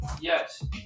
Yes